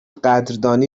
قدردانی